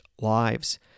lives